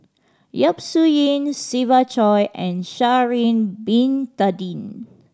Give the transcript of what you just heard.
Yap Su Yin Siva Choy and Sha'ari Bin Tadin